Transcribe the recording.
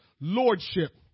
lordship